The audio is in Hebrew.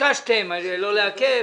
ביקשתם לא לעכב